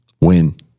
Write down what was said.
Win